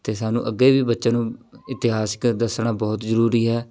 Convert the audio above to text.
ਅਤੇ ਸਾਨੂੰ ਅੱਗੇ ਵੀ ਬੱਚਿਆਂ ਨੂੰ ਇਤਿਹਾਸਿਕ ਦੱਸਣਾ ਬਹੁਤ ਜ਼ਰੂਰੀ ਹੈ